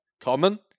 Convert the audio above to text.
Common